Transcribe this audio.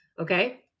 Okay